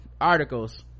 Articles